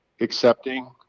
accepting